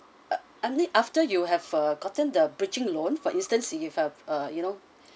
I'm mean after you have a gotten the bridging loan for instance you have a you know